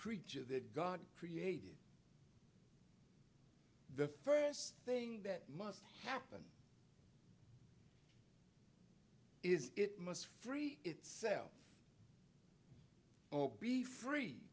creature that god created the first thing that must happen is it must free itself or be free